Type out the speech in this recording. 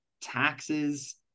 taxes